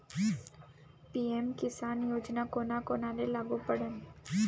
PM Kisan योजना कोना कोनाले लागू पडन?